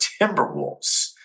Timberwolves